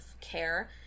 care